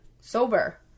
sober